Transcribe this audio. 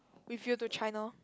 with you to China